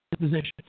disposition